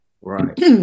Right